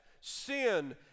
sin